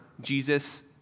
Jesus